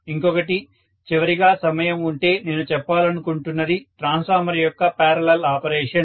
ఇంకొకటి చివరిగా సమయం వుంటే నేను చెప్పాలనుకుంటున్నది ట్రాన్స్ఫార్మర్ యొక్క పారలల్ ఆపరేషన్